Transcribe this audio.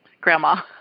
Grandma